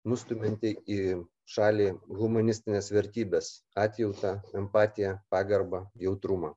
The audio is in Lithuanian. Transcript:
nustumianti į šalį humanistines vertybes atjautą empatiją pagarbą jautrumą